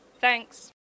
Thanks